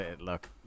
Look